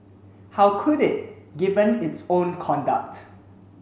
how could it given its own conduct